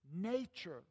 nature